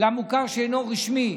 למוכר שאינו רשמי,